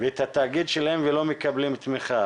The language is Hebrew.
ואת התאגיד שלהם ולא מקבלים תמיכה,